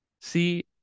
See